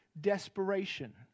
desperation